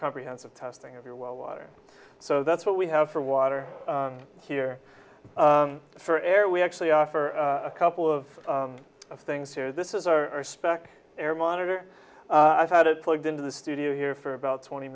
comprehensive testing of your well water so that's what we have for water here for air we actually offer a couple of things here this is our spec air monitor i've had it plugged into the studio here for about twenty